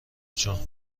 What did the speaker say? جون